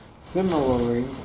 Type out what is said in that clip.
Similarly